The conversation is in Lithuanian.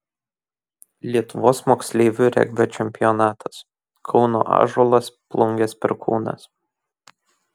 lietuvos moksleivių regbio čempionatas kauno ąžuolas plungės perkūnas